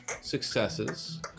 successes